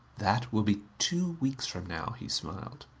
that will be two weeks from now, he smiled.